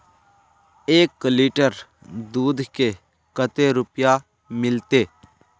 एक लीटर दूध के कते रुपया मिलते?